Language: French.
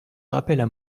rappellent